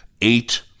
eight